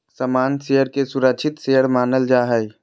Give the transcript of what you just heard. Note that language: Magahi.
सामान्य शेयर के सुरक्षित शेयर मानल जा हय